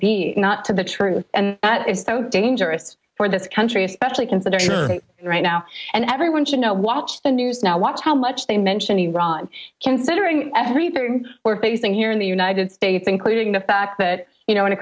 be not to the truth and that is so dangerous for this country especially considering right now and everyone should know watch the news now watch how much they mention iran considering everything we're facing here in the united states including the fact that you know in a